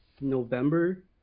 November